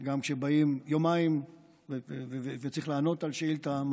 גם כשבאים יומיים וצריך לענות על שאילתה,